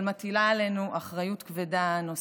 אבל מטילה עלינו אחריות כבדה נוספת.